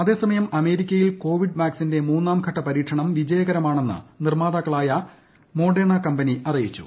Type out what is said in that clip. അത്സ്മയം അമേരിക്കയിൽ കോവിഡ് വാക്സിന്റെ മൂന്നാം ഘട്ട പരീക്ഷണം വിജയകരമാണെന്ന് നിർമാതാക്കളായ മോഡേണ കമ്പനി അറിയിച്ചു